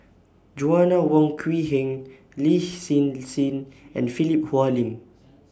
Joanna Wong Quee Heng Lin Hsin Hsin and Philip Hoalim